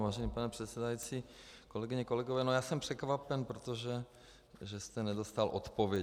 Vážený pane předsedající, kolegyně, kolegové, já jsem překvapen, že jste nedostal odpověď.